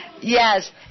Yes